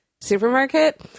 supermarket